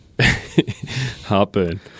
Heartburn